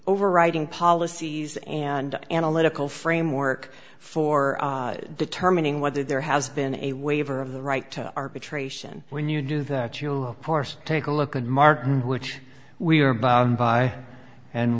overriding policies and analytical framework for determining whether there has been a waiver of the right to arbitration when you do that course take a look at martin which we are bound by and